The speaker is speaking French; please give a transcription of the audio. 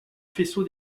faisceau